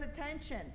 attention